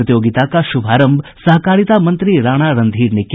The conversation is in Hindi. प्रतियोगिता का शुभारंभ सहकारिता मंत्री राणा रणधीर ने किया